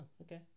okay